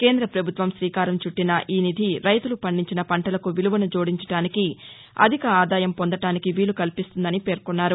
కేంద్ర ప్రభుత్వం గ్రీకారం చుట్టిన ఈ నిధి రైతులు పండించిన పంటలకు విలువను జోడించడానికి అధిక ఆదాయం పొందటానికి వీలు కల్పిస్తుందని అన్నారు